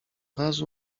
razu